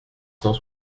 cent